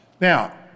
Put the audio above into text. Now